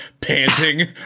panting